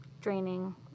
draining